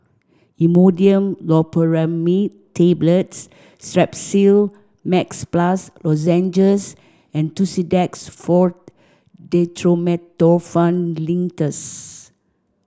Imodium Loperamide Tablets Strepsil Max Plus Lozenges and Tussidex Forte Dextromethorphan Linctus